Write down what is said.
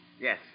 Yes